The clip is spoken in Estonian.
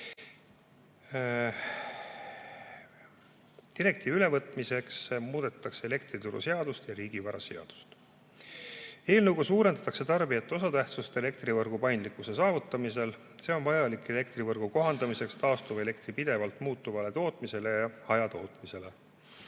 Direktiivi ülevõtmiseks muudetakse elektrituruseadust ja riigivaraseadust. Eelnõuga suurendatakse tarbijate osatähtsust elektrivõrgu paindlikkuse saavutamisel. See on vajalik elektrivõrgu taastuvelektri pidevalt muutuvale tootmisele ja hajatootmisele